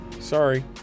sorry